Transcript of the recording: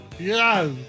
Yes